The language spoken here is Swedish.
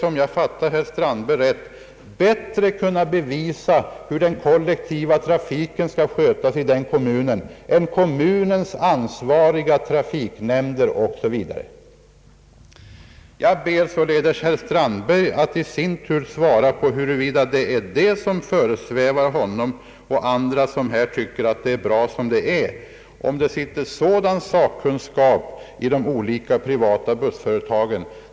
Om jag fattade herr Strandberg rätt skulle således bussföretagaren bättre än kommunens trafiknämnd och andra ansvariga kommunala organ kun na visa hur den kollektiva trafiken skall skötas i kommunen. Jag ber därför herr Strandberg att i sin tur svara på huruvida detta är vad som föresvävar honom och andra som tycker att det är bra som det är. Finns det sådan sakkunskap i de olika privata bussföretagen?